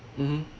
mmhmm